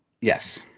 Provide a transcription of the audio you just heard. Yes